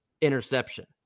interception